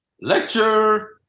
lecture